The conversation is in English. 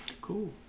Cool